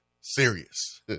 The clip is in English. serious